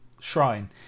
Shrine